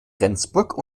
rendsburg